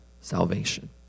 salvation